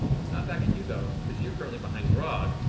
not back at you, though. because you're currently behind grog.